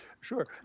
sure